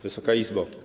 Wysoka Izbo!